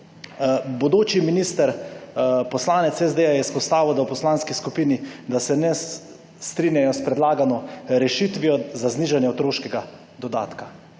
Bodoči minister poslanec SD-ja je izpostavil, da v poslanski skupini, da se ne strinjajo s predlagano rešitvijo za znižanje otroškega dodatka.